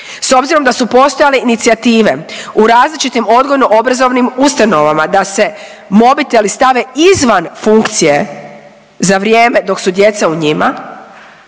s obzirom da su postojale inicijative u različitim odgojno obrazovnim ustanovama da se mobiteli stave izvan funkcije za vrijeme dok su djeca u njima